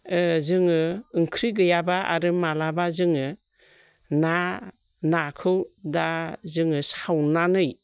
जोङो ओंख्रि गैयाबा आरो माब्लाबा जोङो नाखौ दा जोङो सावनानै